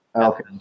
okay